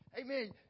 Amen